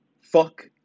Fuck